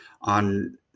on